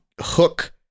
hook